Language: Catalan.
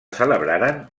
celebraren